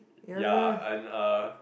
ya and uh